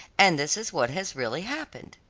and this is what has really happened.